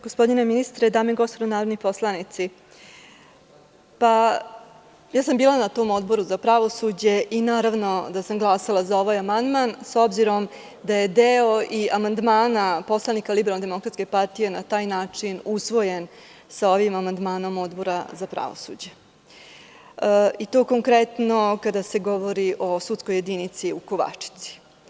Gospodine ministre, dame i gospodo narodni poslanici, bila sam na tom Odboru za pravosuđe i naravno da sam glasala za ovaj amandman, s obzirom da je i deo amandmana poslanika LDP na taj način usvojen sa ovim amandmanom Odbora za pravosuđe, i to konkretno kada se govori o sudskoj jedinici u Kovačici.